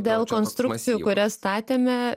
dėl konstrukcijų kurias statėme